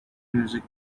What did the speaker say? music